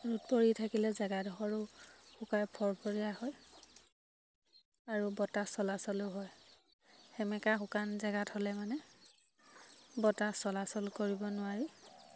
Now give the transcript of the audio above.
ৰ'দ পৰি থাকিলে জেগাডোখৰো শুকাই ফৰফৰীয়া হয় আৰু বতাহ চলাচলো হয় সেমেকা শুকান জেগাত হ'লে মানে বতাহ চলাচল কৰিব নোৱাৰি